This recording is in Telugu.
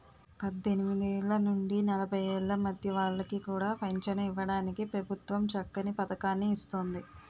పద్దెనిమిదేళ్ల నుండి నలభై ఏళ్ల మధ్య వాళ్ళకి కూడా పెంచను ఇవ్వడానికి ప్రభుత్వం చక్కని పదకాన్ని ఇస్తోంది